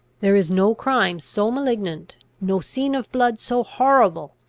there is no crime so malignant, no scene of blood so horrible,